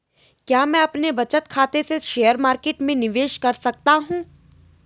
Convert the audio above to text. क्या मैं अपने बचत खाते से शेयर मार्केट में निवेश कर सकता हूँ?